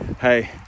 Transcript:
hey